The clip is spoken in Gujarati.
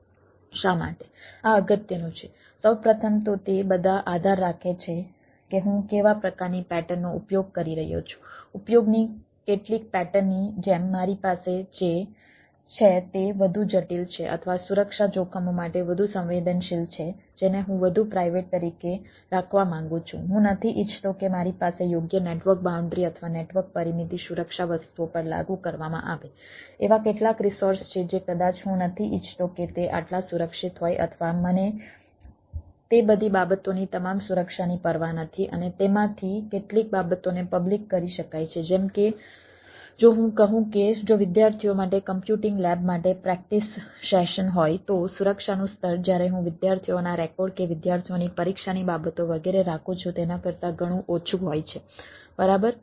શા માટે આ અગત્યનું છે સૌ પ્રથમ તો તે બધા આધાર રાખે છે કે હું કેવા પ્રકારની પેટર્ન કે વિદ્યાર્થીઓની પરીક્ષાની બાબતો વગેરે રાખું છું તેના કરતાં ઘણું ઓછું હોય છે બરાબર